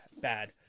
bad